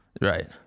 Right